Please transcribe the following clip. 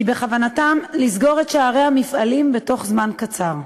כי בכוונתם לסגור את שערי המפעלים בתוך זמן קצר.